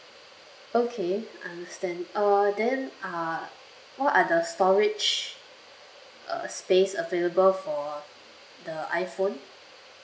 okay understand uh then uh what are the storage uh space available for the iphone